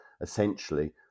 essentially